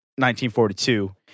1942